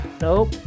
Nope